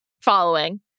following